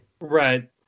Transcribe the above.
right